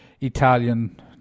Italian